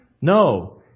no